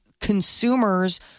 consumers